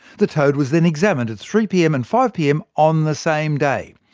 the toad was then examined at three pm and five pm on the same day.